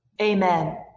Amen